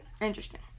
Interesting